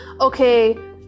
Okay